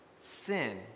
Sin